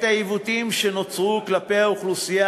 את העיוותים שנוצרו כלפי האוכלוסייה